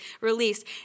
released